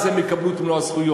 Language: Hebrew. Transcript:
אז הם יקבלו את מלוא הזכויות.